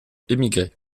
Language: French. émigré